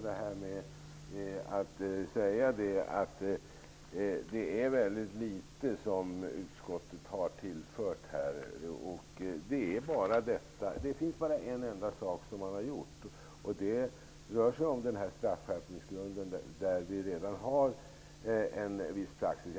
Herr talman! Jag vill bara avsluta detta med att säga att utskottet har tillfört mycket litet på denna punkt. Det enda som man har kommit fram till är förslaget om straffskärpningsgrunden i det avseende där vi redan har en viss praxis.